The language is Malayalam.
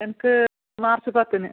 എനിക്ക് മാർച്ച് പത്തിന്